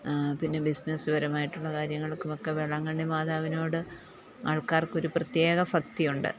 പിന്നെ ബിസിനസ്സ് പരമായിട്ടുള്ള കാര്യങ്ങൾക്കുമൊക്കെ വേളാങ്കണ്ണി മാതാവിനോട് ആൾക്കാർക്കൊരു പ്രത്യേക ഭക്തിയുണ്ട്